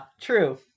True